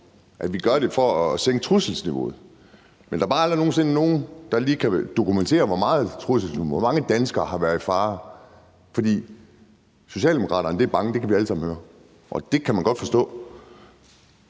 at vi gør det for at sænke trusselsniveauet, men der er bare aldrig nogen, der lige kan dokumentere, hvor højt trusselsniveauet er, og hvor mange danskere der har været i fare. Socialdemokraterne er bange, det kan vi alle sammen høre, og det kan man godt forstå.